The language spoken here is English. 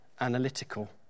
analytical